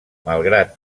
malgrat